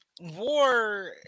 war